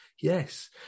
Yes